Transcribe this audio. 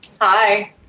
Hi